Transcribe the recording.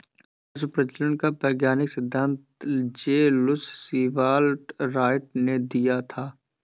पशु प्रजनन का वैज्ञानिक सिद्धांत जे लुश सीवाल राइट ने दिया था